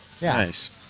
Nice